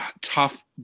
tough